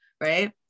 Right